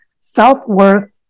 self-worth